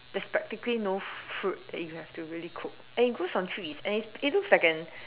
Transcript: there's practically no fruit that you have to really cook and it grows on trees and it it looks like an